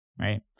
right